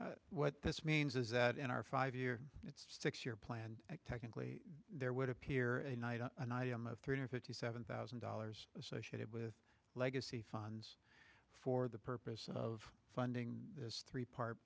your what this means is that in our five year it's six year plan technically there would appear an item of three hundred fifty seven thousand dollars associated with legacy funds for the purpose of funding this three part